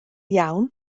iawn